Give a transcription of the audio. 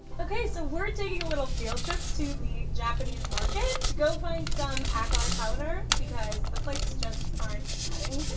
okay, so we're taking a little field trip to the japanese market to go find some agar powder because the flakes just aren't cutting it.